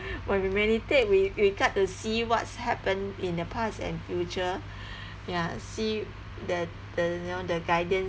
when we meditate we we get to see what's happened in the past and future ya see the the you know the guidance